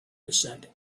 descended